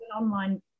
online